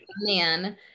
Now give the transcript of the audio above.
Man